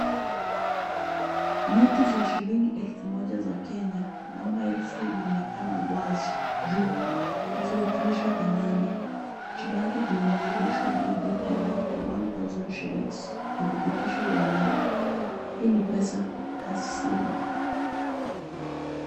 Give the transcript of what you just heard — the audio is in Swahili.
Noti za shilingi elfu moja za Kenya, Namba elfu inaonekana wazi juu ikiwakilisha dhamani. Chini yake kuna maandisho legal tender for one thousand shillings. Uthibitisho wa halali. Hii ni pesa hasili.